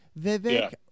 vivek